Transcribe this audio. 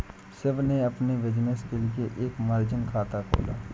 शिव ने अपने बिज़नेस के लिए एक मार्जिन खाता खोला